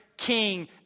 King